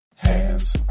Hands